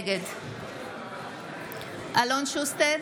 נגד אלון שוסטר,